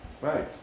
Right